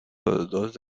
los